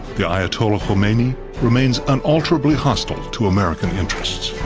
the ayatollah khomeini remains unalterably hostile to american interests.